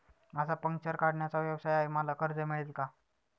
माझा पंक्चर काढण्याचा व्यवसाय आहे मला कर्ज मिळेल का?